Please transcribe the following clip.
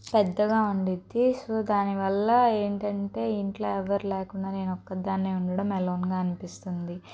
పెద్దగా ఉండిద్ది సో దానివల్ల ఏంటంటే ఇంట్లో ఎవరూ లేకుండా నేనొక్కదానినే ఉండడం ఎలోన్గా అనిపిస్తుంది